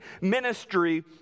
ministry